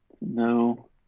no